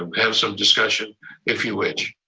um have some discussion if you wish.